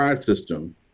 system